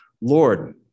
Lord